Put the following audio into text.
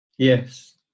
Yes